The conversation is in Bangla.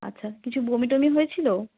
আচ্ছা কিছু বমি টমি হয়েছিলো